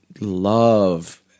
love